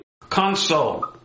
console